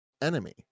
enemy